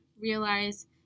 realize –